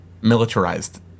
militarized